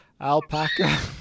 Alpaca